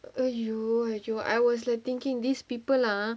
!aiyoyo! you had you I was like thinking these people lah